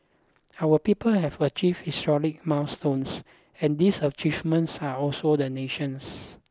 our people have achieved historic milestones and these achievements are also the nation's